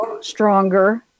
stronger